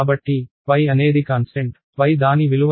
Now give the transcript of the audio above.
కాబట్టి అనేది కాన్స్టెంట్ దాని విలువను మార్చదు అది 3